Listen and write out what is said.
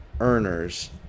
earners